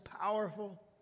powerful